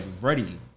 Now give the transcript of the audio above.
ready